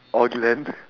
or durand